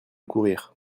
courrir